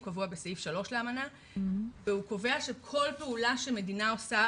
הוא קבוע בסעיף 3 לאמנה והוא קובע שכל פעולה שמדינה עושה